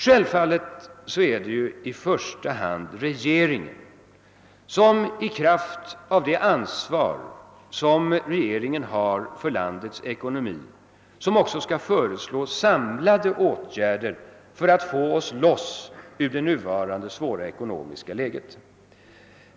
Självfallet är det i första hand regeringen, som i kraft av det ansvar, som regeringen har för landets ekonomi, också skall föreslå samlade åtgärder, för att få oss loss ur det nuvarande svåra ekonomiska läget.